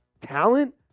talent